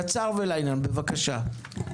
קצר ולעניין, בבקשה.